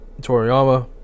Toriyama